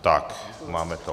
Tak máme to.